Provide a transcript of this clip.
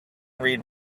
read